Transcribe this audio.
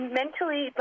mentally